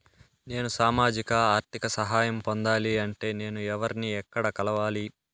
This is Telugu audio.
నేను సామాజిక ఆర్థిక సహాయం పొందాలి అంటే నేను ఎవర్ని ఎక్కడ కలవాలి?